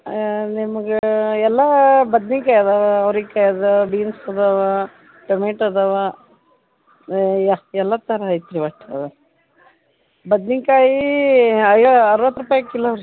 ಹಾಂ ನಿಮ್ಗೆ ಎಲ್ಲ ಬದ್ನೇಕಾಯಿ ಅದಾವೆ ಅವ್ರೆಕಾಯಿ ಅದ ಬೀನ್ಸ್ ಅದಾವೆ ಟೊಮೆಟ್ ಅದಾವೆ ಯಾ ಎಲ್ಲ ಥರ ಐತ್ರಿ ಒಟ್ಟು ಬದ್ನೇಕಾಯಿ ಅಯ ಅರ್ವತ್ತು ರೂಪಾಯಿ ಕಿಲೋ ರೀ